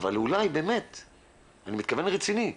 אבל אולי באמת ואני רציני,